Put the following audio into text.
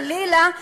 חלילה,